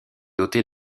dotée